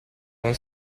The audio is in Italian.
con